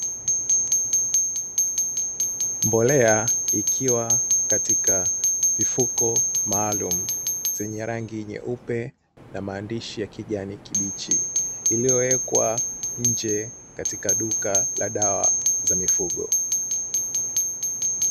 Mbolea ikiwa katika mifuko maalum zenye rangi nyeupe na maandishi ya kijani kibichi iliyowekwa nje katika duka la dawa za mifugo.